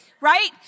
Right